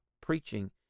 preaching